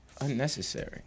unnecessary